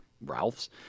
Ralph's